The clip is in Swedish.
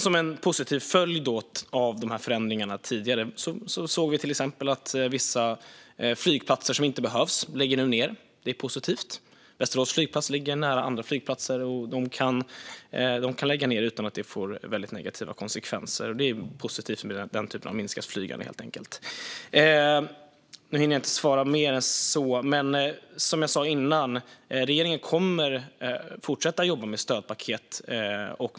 Som en positiv följd av de tidigare förändringarna ser vi till exempel att vissa flygplatser som inte behövs nu lägger ned. Västerås flygplats ligger nära andra flygplatser, och den kan läggas ned utan att det får så väldigt negativa konsekvenser. Det är helt enkelt positivt för denna typ av minskat flygande. Nu hinner jag inte svara mer än så, men som jag sa tidigare kommer regeringen att fortsätta att jobba med stödpaket.